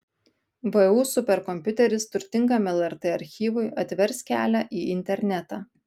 vu superkompiuteris turtingam lrt archyvui atvers kelią į internetą